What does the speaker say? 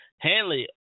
Hanley